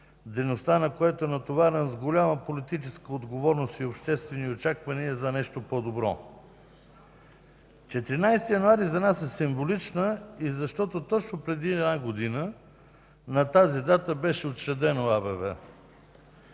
дейността на което е натоварена с голяма политическа отговорност и обществени очаквания за нещо по-добро. 14 януари за нас е символична и защото точно преди една година на тази дата беше учредено АБВ.